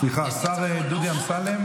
השר דודי אמסלם